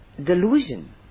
delusion